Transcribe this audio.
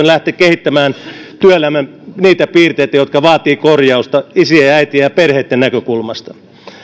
lähteä kehittämään työelämän niitä piirteitä jotka vaativat korjausta isien äitien ja perheitten näkökulmasta